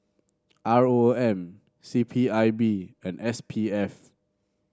R O M C P I B and S P F